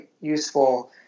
useful